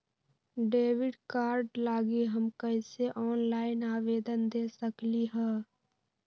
Debit card लागी हम कईसे ऑनलाइन आवेदन दे सकलि ह?